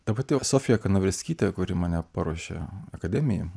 ta pati sofija kanaverskytė kuri mane paruošė akademijai